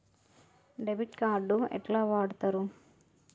Debit card ఎట్లా వాడుతరు?